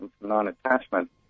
non-attachment